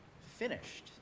finished